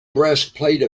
breastplate